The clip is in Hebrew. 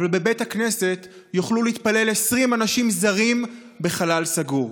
אבל בבית הכנסת יוכלו להתפלל 20 אנשים זרים בחלל סגור.